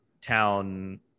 town